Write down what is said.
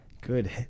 Good